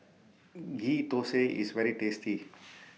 Ghee Thosai IS very tasty